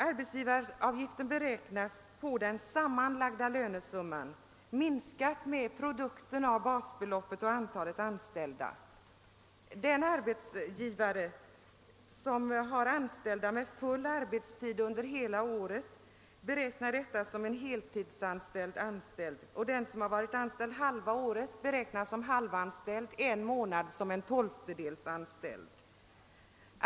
Arbetsgivaravgiften beräknas på den sammanlagda lönesumman, minskad med produkten av basbeloppet och antalet anställda. Den arbetstagare som varit anställd med full arbetstid under hela året räknas som en heltidsanställd, den som varit anställd på heltid halva året som en halv anställd och den som varit anställd på heltid en månad som en tolftedels anställd.